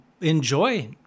enjoy